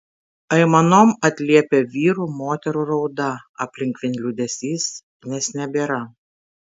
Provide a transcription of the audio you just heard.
aimanom atliepia vyrų moterų rauda aplink vien liūdesys nes nebėra